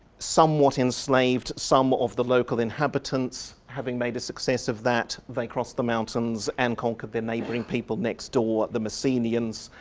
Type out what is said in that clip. somewhat enslaved, somewhat of the local inhabitants, having made a success of that they crossed the mountains and conquered their neighbouring people next door, the messenians.